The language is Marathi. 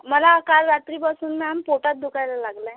मला काल रात्रीपासून मॅम पोटात दुखायला लागलं आहे